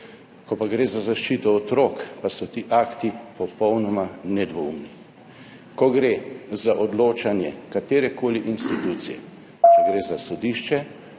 Ko pa gre za zaščito otrok, pa so ti akti popolnoma nedvoumni. Ko gre za odločanje katerekoli institucije, ko gre za sodišče